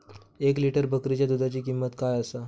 एक लिटर बकरीच्या दुधाची किंमत काय आसा?